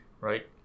right